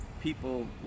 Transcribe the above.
people